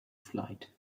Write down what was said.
flight